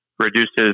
reduces